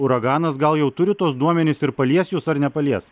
uraganas gal jau turiu tuos duomenis ir palies jus ar nepalies